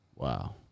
Wow